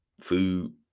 Food